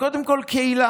קודם כול קהילה.